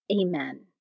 Amen